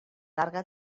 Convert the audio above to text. larga